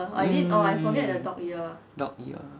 mm dog ear